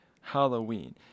Halloween